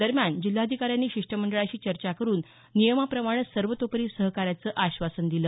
दरम्यान जिल्हाधिकाऱ्यांनी शिष्टमंडळाशी चर्चा करून नियमाप्रमाणं सर्वतोपरी सहकार्याचं आश्वासन दिलं